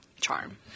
charm